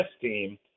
team